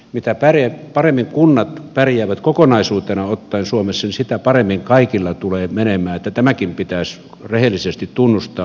mitä paremmin kunnat pärjäävät kokonaisuutena ottaen suomessa sitä paremmin kaikilla tulee menemään niin että tämäkin pitäisi rehellisesti tunnustaa